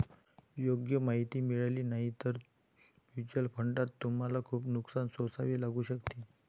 योग्य माहिती मिळाली नाही तर म्युच्युअल फंडात तुम्हाला खूप नुकसान सोसावे लागू शकते